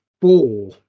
four